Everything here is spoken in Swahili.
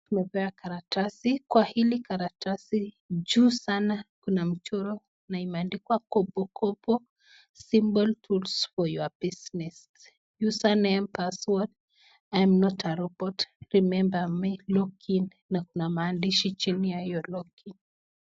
Tumepewa karatasi, kwa hili karatasi juu sana kuna mchoro na imeandikwa kopokopo simple tools for your business, username, password , i am not a robot. Remember me, log in na kuna maandishi chini ya hiyo log in .